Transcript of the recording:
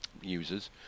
users